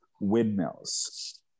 windmills